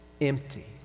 Empty